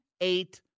eight